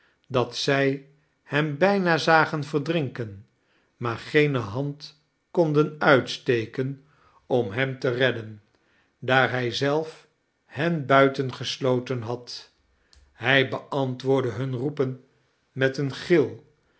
dat zij hem bijna zagen verdrinken maar geene hand konden uitsteken om hem te redden daar hij zelf hen buitengesloten had hij beantwoordde hun roepen met een gil